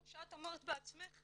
כמו שאת אמרת בעצמך,